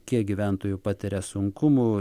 kiek gyventojų patiria sunkumų